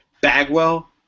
Bagwell